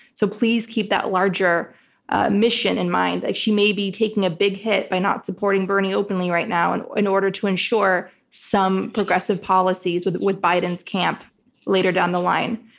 so please keep that larger mission in mind that she may be taking a big hit by not supporting bernie openly right now and in order to ensure some progressive policies with with biden's camp later down the line.